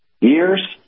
years